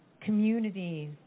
communities